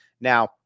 now